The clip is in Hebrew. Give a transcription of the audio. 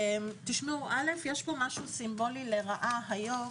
יש פה משהו סמלי לרעה היום